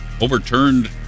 overturned